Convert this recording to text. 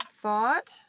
thought